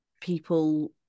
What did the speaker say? people